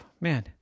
man